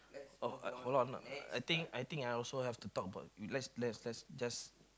oh I forgot I'm not I think I think I also have to talk about let's let's let's just